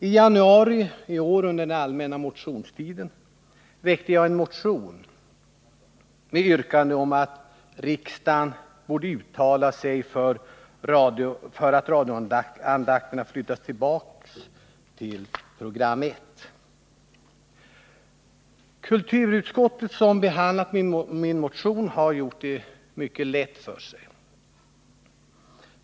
I januari i år, under den allmänna motionstiden, väckte jag en motion med yrkande om att riksdagen borde uttala sig för att radions morgonandakt åter flyttas till program 1. Kulturutskottet som behandlade min motion har gjort det mycket lätt för sig.